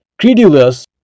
credulous